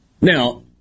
Now